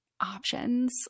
options